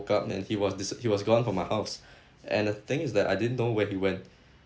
up and he was disa~ he was gone from my house and the thing is that I didn't know where he went